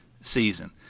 season